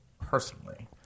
personally